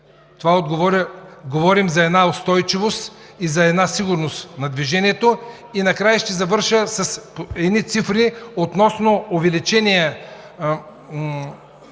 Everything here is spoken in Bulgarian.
Това говори за една устойчивост и сигурност на движението. Накрая ще завърша с едни цифри относно увеличение